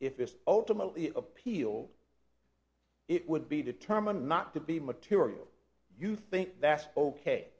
this ultimately appeal it would be determined not to be material you think that's ok